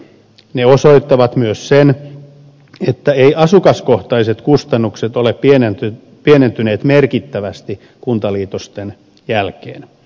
ne osoittavat myös sen että eivät asukaskohtaiset kustannukset ole pienentyneet merkittävästi kuntaliitosten jälkeen